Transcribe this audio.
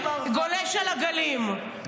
גולש על הגלים.